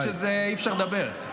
האמת היא שאי-אפשר לדבר.